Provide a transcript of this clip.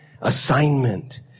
assignment